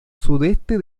sudeste